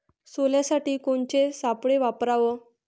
सोल्यासाठी कोनचे सापळे वापराव?